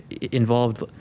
involved